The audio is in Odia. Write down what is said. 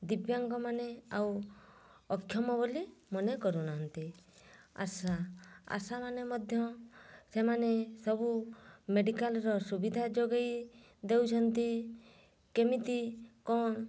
ଦିବ୍ୟାଙ୍ଗ ମାନେ ଆଉ ଅକ୍ଷମ ବୋଲି ମନେ କରୁନାହାନ୍ତି ଆଶା ଆଶାମାନେ ମଧ୍ୟ ସେମାନେ ସବୁ ମେଡ଼ିକାଲ୍ର ସୁବିଧା ଯୋଗାଇ ଦେଉଛନ୍ତି କେମିତି କ'ଣ